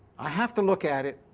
i have to look at it.